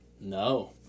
No